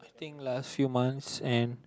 think last few months and